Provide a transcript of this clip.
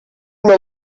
mir